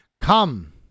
Come